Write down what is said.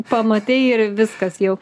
pamatei ir viskas jau